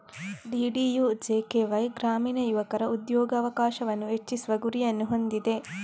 DDUJKY ಗ್ರಾಮೀಣ ಯುವಕರ ಉದ್ಯೋಗಾವಕಾಶವನ್ನು ಹೆಚ್ಚಿಸುವ ಗುರಿಯನ್ನು ಹೊಂದಿದೆ